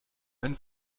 einen